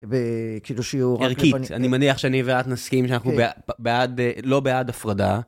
בקידושי אורכית אני מניח שאני ואת נסכים שאנחנו בעד, בעד... לא בעד הפרדה.